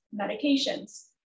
medications